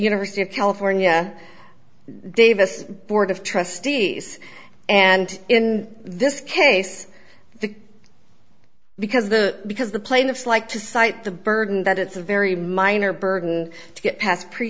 university of california davis board of trustees and in this case the because the because the plaintiffs like to cite the burden that it's a very minor burden to get past pre